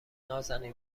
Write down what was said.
نازنین